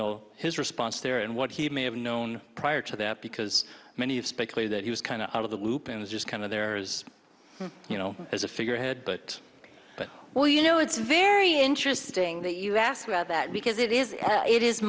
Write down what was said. know his response there and what he may have known prior to that because many of speculate that he was kind of out of the loop and just kind of there's you know as a figurehead but well you know it's very interesting that you ask about that because it is it is